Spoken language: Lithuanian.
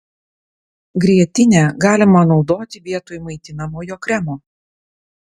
grietinę galima naudoti vietoj maitinamojo kremo